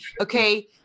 okay